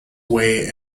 weigh